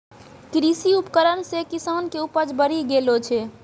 कृषि उपकरण से किसान के उपज बड़ी गेलो छै